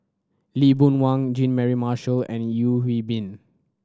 Lee Boon Wang Jean Mary Marshall and Yeo Hwee Bin